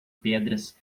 pedras